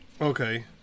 okay